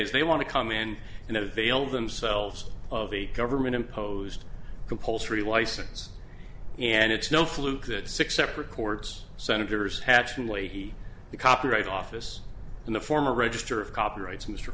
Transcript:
is they want to come in and avail themselves of a government imposed compulsory license and it's no fluke that six separate courts senators hatch and leahy the copyright office and the former register of copyrights mr